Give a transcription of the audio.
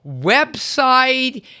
website